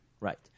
right